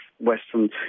Western